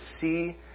see